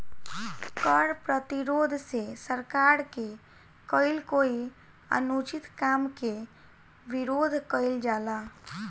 कर प्रतिरोध से सरकार के कईल कोई अनुचित काम के विरोध कईल जाला